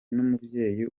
n’umubyeyi